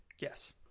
Yes